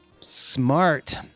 Smart